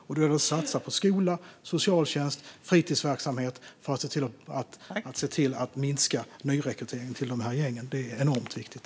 Då handlar det om att satsa på skola, socialtjänst och fritidsverksamhet för att se till att minska nyrekryteringen till gängen. Det är enormt viktigt.